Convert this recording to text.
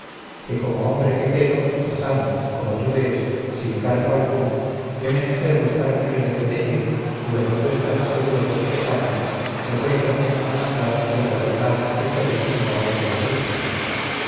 que como hombre que quedo hazán como tú vees sin cargo alguno he menester buscar medios de tenelle de lo que tú estás seguro por tres años pues hoy comienzas a mandar y a gobernar este riquísimo reino de chipre